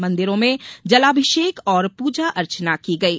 मंदिरों में जलाभिषेक और पूजा अर्चना की गयी